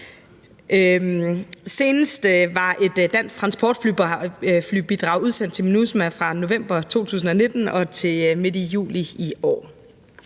Senest var et dansk transportflybidrag udsendt til MINUSMA fra november 2019 og til midt i juli i år.